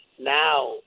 Now